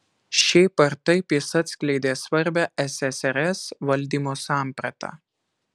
šiaip ar taip jis atskleidė svarbią ssrs valdymo sampratą